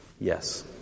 Yes